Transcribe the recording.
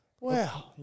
Wow